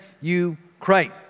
Ukraine